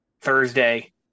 Thursday